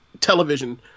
television